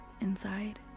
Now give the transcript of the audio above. inside